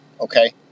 okay